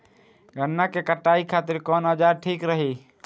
गन्ना के कटाई खातिर कवन औजार ठीक रही?